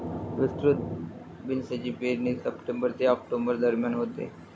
विस्तृत बीन्सची पेरणी सप्टेंबर ते ऑक्टोबर दरम्यान होते